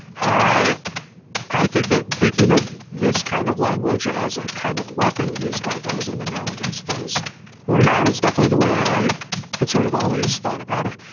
i i think that thinking of this kind of language as a kind of weapon used by those in the know against those who are not is definitely the way i had sort of always thought about it,